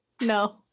No